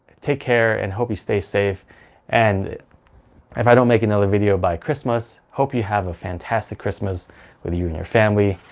take care and hope you stay safe and if i don't make another video by christmas, hope you have a fantastic christmas with you and your family.